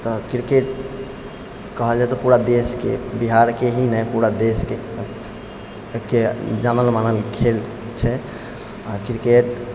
तऽ किरकेट कहल जाइ तऽ पूरा देशके बिहारके ही नहि पूरा देशके जानल मानल खेल छै आओर किरकेट